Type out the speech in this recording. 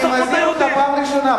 שרפו את היהודים על פרימוסים.